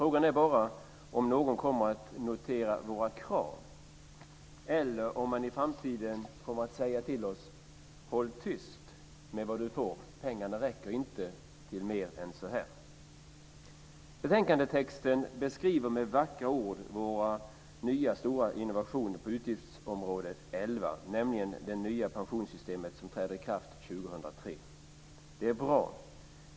Frågan är bara om någon kommer att notera våra krav, eller om man i framtiden kommer att säga till oss: Håll tyst med vad du får! Pengarna räcker inte till mer än så här. Betänkandetexten beskriver med vackra ord vår nya stora innovation på utgiftsområde 11, nämligen det nya pensionssystemet, som träder i kraft 2003. Det är bra.